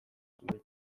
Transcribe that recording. asmorik